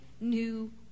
new